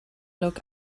look